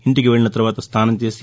ఇంటికి వెల్లిన తర్వాత స్నానం చేసి